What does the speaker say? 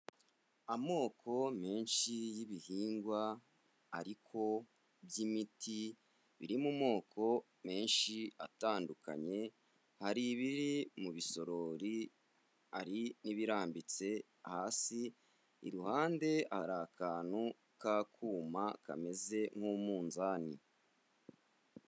Amoko menshi y'ibihingwa ariko by'imiti, biri mu moko menshi atandukanye, hari ibiri mu bisorori, hari n'ibirambitse hasi, iruhande hari akantu k'akuma kameze nk'umunzani.